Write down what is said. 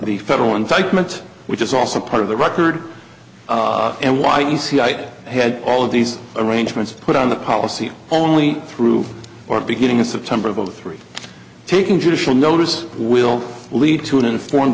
federal indictment which is also part of the record and why you see i had all of these arrangements put on the policy only through or beginning in september of zero three taking judicial notice will lead to an informed